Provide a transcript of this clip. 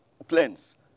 plans